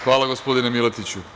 Hvala, gospodine Miletiću.